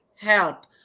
help